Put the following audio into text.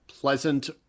pleasant